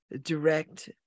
direct